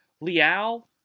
Liao